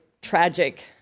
tragic